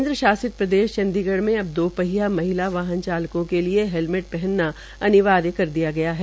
केन्द्र शासित प्रदेश चंडीगढ़ में अब दो पहिया महिला वाहन चालकों के लिए हेलमट पहनना अनिवार्य कर दिया गया है